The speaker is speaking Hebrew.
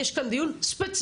יש כאן דיון ספציפי,